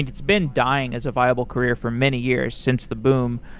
it's been dying as a viable career for many years since the boom.